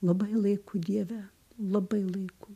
labai laiku dieve labai laiku